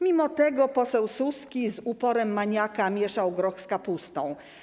Mimo tego poseł Suski z uporem maniaka mieszał groch z kapustą.